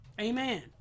Amen